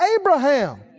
Abraham